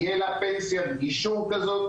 תהיה לה פנסיית גישור כזאת,